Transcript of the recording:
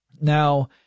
Now